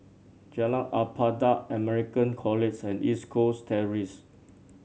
Jalan Ibadat American College and East Coast Terrace